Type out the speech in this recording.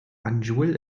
banjul